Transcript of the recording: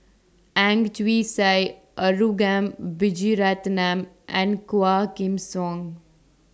Ang Chwee Sai Arugam Vijiaratnam and Quah Kim Song